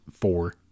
four